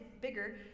bigger